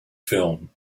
film